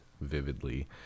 vividly